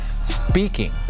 speaking